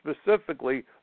specifically